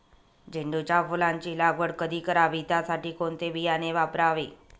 झेंडूच्या फुलांची लागवड कधी करावी? त्यासाठी कोणते बियाणे वापरावे?